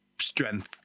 strength